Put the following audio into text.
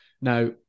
Now